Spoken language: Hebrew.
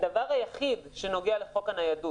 הדבר היחיד שנוגע לחוק הניידות,